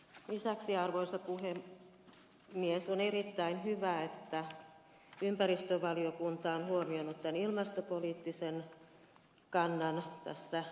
lisäksi arvoisa puhemies on erittäin hyvä että ympäristövaliokunta on huomioinut tämän ilmastopoliittisen kannan tässä lainvalmistelussa